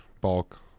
bulk